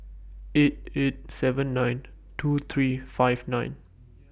eight eight seven nine two three five nine